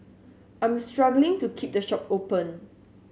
I am struggling to keep the shop open